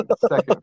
second